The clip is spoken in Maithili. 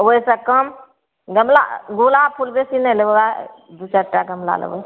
ओइसँ कम गमला गोला फूल बेसी नहि लेबय दू चारिटा गमला लेबय